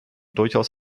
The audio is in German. durchaus